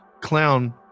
clown